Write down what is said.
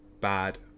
bad